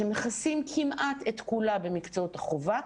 שמכסים כמעט את כולה במקצועות החובה,